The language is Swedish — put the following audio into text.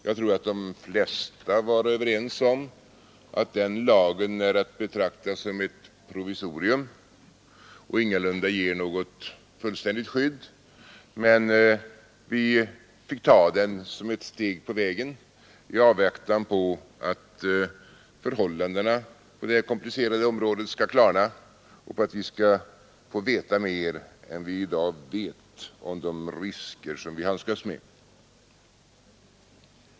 Jag tror att de flesta var överens om att den lagen är att betrakta som ett provisorium och ingalunda ger något fullständigt skydd, men vi fick ta den som ett steg på vägen i avvaktan på att förhållandena på detta komplicerade område skall klarna och vi skall få veta mer än vi i dag vet om de risker vi handskas med.